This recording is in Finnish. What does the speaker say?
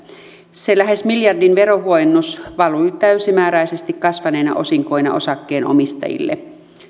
se lähes miljardin verohuojennus valui täysimääräisesti kasvaneina osinkoina osakkeenomistajille